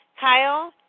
Kyle